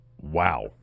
wow